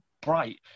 Bright